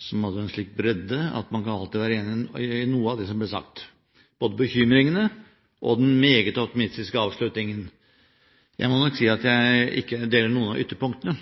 som hadde en slik bredde at man alltid kan være enig i noe av det som ble sagt – både bekymringene og den meget optimistiske avslutningen. Jeg må nok si at jeg ikke